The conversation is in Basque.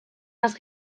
has